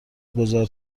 گذار